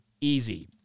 easy